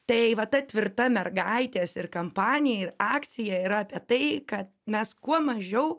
tai va ta tvirta mergaitės ir kampanija ir akcija yra apie tai kad mes kuo mažiau